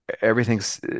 everything's